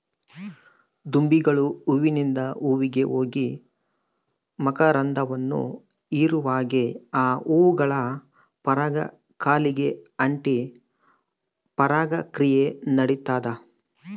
ದುಂಬಿಗಳು ಹೂವಿಂದ ಹೂವಿಗೆ ಹೋಗಿ ಮಕರಂದವನ್ನು ಹೀರುವಾಗೆ ಆ ಹೂಗಳ ಪರಾಗ ಕಾಲಿಗೆ ಅಂಟಿ ಪರಾಗ ಕ್ರಿಯೆ ನಡಿತದ